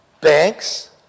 Banks